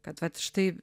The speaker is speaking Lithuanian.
kad vat štai